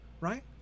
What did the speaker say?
right